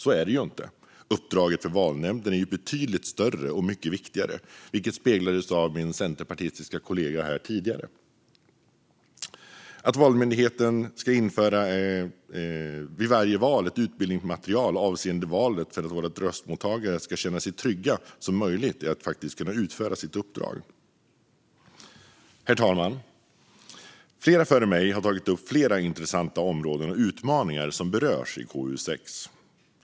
Så är det ju inte. Uppdraget till Valnämnden är betydligt större och mycket viktigare, vilket speglades av min centerpartistiske kollega här tidigare. Vi har också sagt att Valmyndigheten vid varje val ska presentera ett utbildningsmaterial avseende valet för att våra röstmottagare ska känna sig så trygga som möjligt i att faktiskt kunna utföra sitt uppdrag. Herr talman! Flera före mig har tagit upp flera intressanta områden och utmaningar som berörs i KU6.